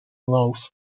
lauf